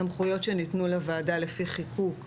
הסמכויות שניתנו לוועדה לפי חיקוק,